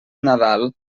nadal